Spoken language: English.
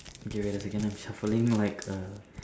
okay wait a second I'm shuffling like a